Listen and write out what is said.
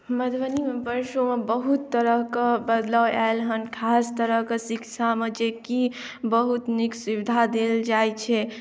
मधुबनीमे वर्षोमे बहुत तरहक बदलाव आयल हन खास तरहक शिक्षामे जेकि बहुत नीक सुविधा देल जाइत छै